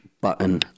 button